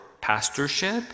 pastorship